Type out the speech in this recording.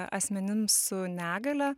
asmenims su negalia